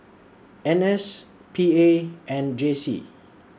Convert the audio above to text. N S P A and J C